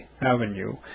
Avenue